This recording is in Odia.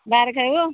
ବାହାରେ ଖାଇବୁ